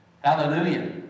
Hallelujah